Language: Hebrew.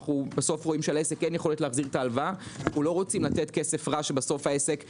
אנחנו לא רוצים לתת כסף רע שבסוף העסק יקרוס.